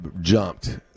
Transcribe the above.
jumped